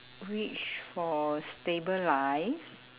wish for stable life